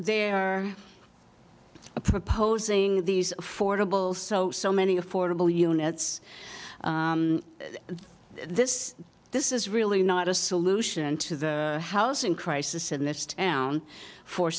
they are proposing these fordable so so many affordable units this this is really not a solution to the housing crisis in this town for